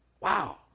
wow